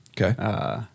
Okay